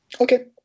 Okay